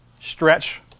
stretch